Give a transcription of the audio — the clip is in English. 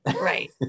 right